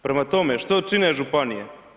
Prema tome što čine županije?